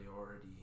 already